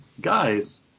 guys